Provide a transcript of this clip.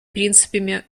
принципами